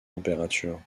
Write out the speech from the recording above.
températures